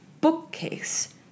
bookcase